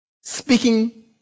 Speaking